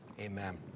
amen